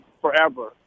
forever